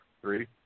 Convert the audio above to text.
Three